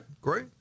great